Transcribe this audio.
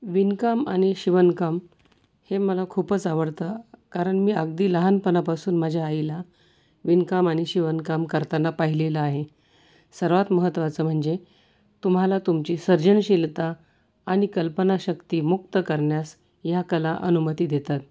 विणकाम आणि शिवणकाम हे मला खूपच आवडतं कारण मी अगदी लहानपणापासून माझ्या आईला विणकाम आणि शिवणकाम करताना पाहिलेलं आहे सर्वात महत्त्वाचं म्हणजे तुम्हाला तुमची सर्जनशीलता आणि कल्पनाशक्ती मुक्त करण्यास ह्या कला अनुमती देतात